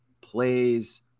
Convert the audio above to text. plays